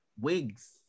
wigs